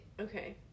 Okay